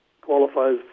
qualifies